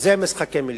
זה משחקי מלים.